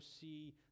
see